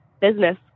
business